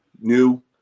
new